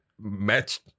match